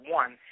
one